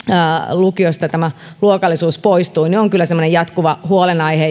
lukiosta tämä luokallisuus poistui on kyllä semmoinen jatkuva huolenaihe